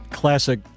classic